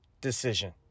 decision